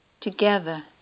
Together